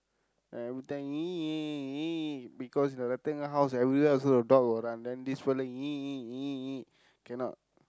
every time because the rectangle house everywhere also the dog will run then this fella cannot